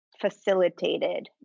facilitated